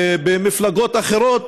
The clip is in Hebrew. במפלגות אחרות,